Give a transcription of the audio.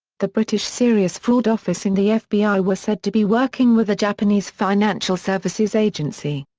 the british serious fraud office and the fbi were said to be working with the japanese financial services agency.